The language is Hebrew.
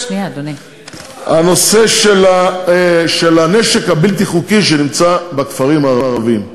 הנושא של הנשק הבלתי-חוקי שנמצא בכפרים הערביים.